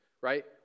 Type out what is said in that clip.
Right